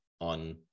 on